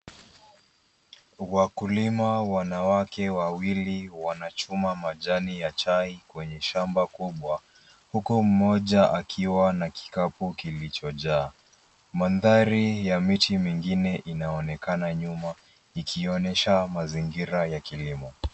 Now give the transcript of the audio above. Wakulima wanawake wawili wanachuma majani ya chai, kwenye shamba kubwa, huku mmoja akiwa na kikapu kilichojaa. Mandhari ya miti mingine inaonekana nyuma, ikionyesha mazingira ya kilimo.